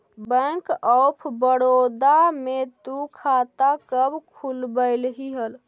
bank of Baroda में तु खाता कब खुलवैल्ही हल